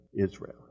Israel